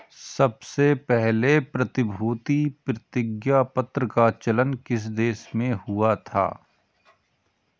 सबसे पहले प्रतिभूति प्रतिज्ञापत्र का चलन किस देश में हुआ था?